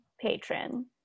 patron